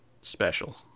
special